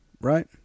right